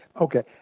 Okay